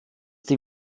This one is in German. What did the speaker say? die